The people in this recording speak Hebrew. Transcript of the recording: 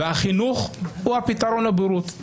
והחינוך הוא הפתרון לבורות.